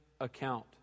account